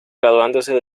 graduándose